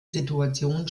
situation